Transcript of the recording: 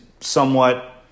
somewhat